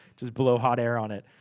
just blow hot air on it.